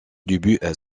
début